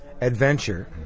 Adventure